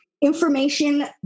information